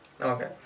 Okay